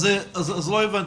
לא הבנתי,